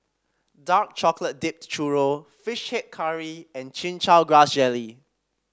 Dark Chocolate Dipped Churro fish head curry and Chin Chow Grass Jelly